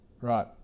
Right